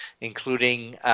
including –